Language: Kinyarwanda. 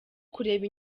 kureba